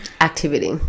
Activity